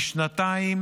משנתיים,